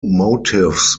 motives